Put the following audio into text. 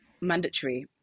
mandatory